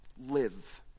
live